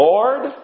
Lord